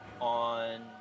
on